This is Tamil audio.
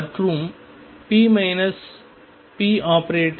மற்றும் ⟨p ⟨p⟩⟩0